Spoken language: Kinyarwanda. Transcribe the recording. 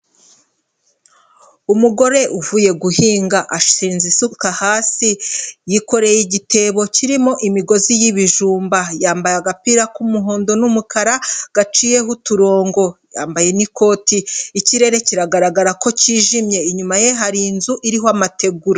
Umugore uvuye guhinga ashinze isuka hasi yikoreye igitebo kirimo imigozi y'ibijumba, yambaye agapira k'umuhondo n'umukara gaciyeho uturongo yambaye n'ikoti, ikirere kiragaragara ko cyijimye inyuma ye hari inzu iriho amategura.